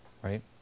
Right